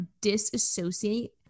disassociate